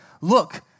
Look